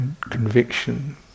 conviction